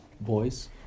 boys